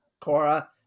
Cora